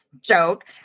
joke